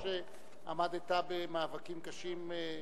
על כך שעמדת במאבקים קשים,